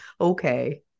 Okay